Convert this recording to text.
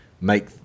make